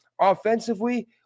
offensively